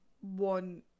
one